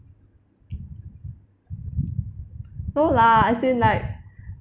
no lah as in like